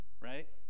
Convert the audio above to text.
right